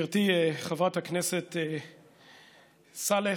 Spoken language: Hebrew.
גברתי חברת הכנסת סאלח,